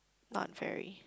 not very